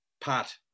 Pat